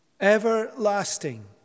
Everlasting